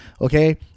Okay